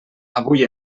avui